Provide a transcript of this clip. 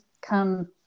come